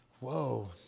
Whoa